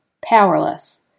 powerless